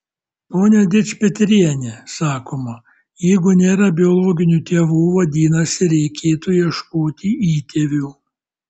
pone dičpetriene sakoma jeigu nėra biologinių tėvų vadinasi reikėtų ieškoti įtėvių